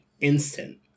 instant